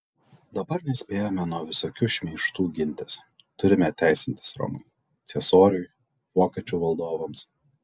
dabar nespėjame nuo visokių šmeižtų gintis turime teisintis romai ciesoriui vokiečių valdovams